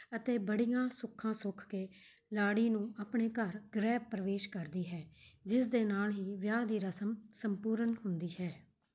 ਅਤੇ ਬੜੀਆਂ ਸੁੱਖਾਂ ਸੁੱਖ ਕੇ ਲਾੜੀ ਨੂੰ ਆਪਣੇ ਘਰ ਗ੍ਰਹਿ ਪ੍ਰਵੇਸ਼ ਕਰਦੀ ਹੈ ਜਿਸ ਦੇ ਨਾਲ਼ ਹੀ ਵਿਆਹ ਦੀ ਰਸਮ ਸੰਪੂਰਨ ਹੁੰਦੀ ਹੈ